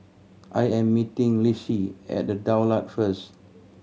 I am meeting Lissie at The Daulat first